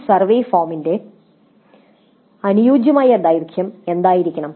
ഒരു സർവേ ഫോമിന്റെ അനുയോജ്യമായ ദൈർഘ്യം എന്തായിരിക്കണം